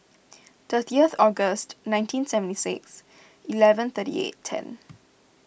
thirtieth August nineteen seventy six eleven thirty eight ten